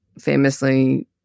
famously